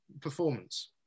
performance